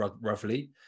roughly